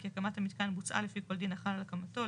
כי הקמת המיתקן בוצעה לפי כל דין החל על הקמתו,